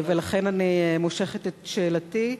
ולכן אני מושכת את שאלתי.